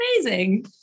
amazing